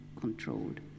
controlled